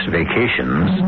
vacations